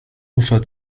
ufer